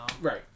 Right